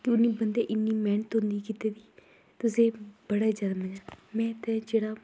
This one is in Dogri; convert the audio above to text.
ते उ'नें बंदे इ'न्नी मेहनत होंदी कीती दी कुसै ई बड़ी जैदा में ते जेह्ड़ा